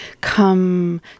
come